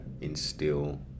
instill